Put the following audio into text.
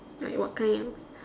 like what kind ya